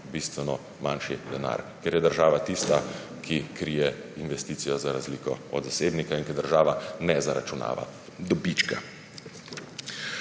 bistveno manjši denar, ker je država tista , ki krije investicijo, za razliko od zasebnika, in ker država ne zaračunava dobička.